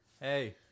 hey